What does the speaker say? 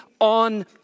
on